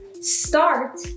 start